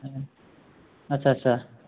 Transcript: अच्छा अच्छा